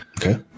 Okay